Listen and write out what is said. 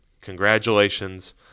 congratulations